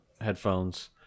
headphones